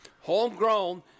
homegrown